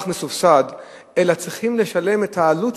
מסובסד אלא צריכים לשלם את העלות שלו.